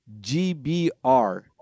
GBR